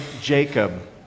Jacob